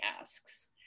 asks